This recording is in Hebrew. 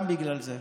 גם בגלל זה.